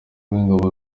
w’ingabo